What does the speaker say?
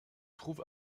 trouve